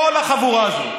כל החבורה הזאת,